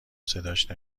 صداش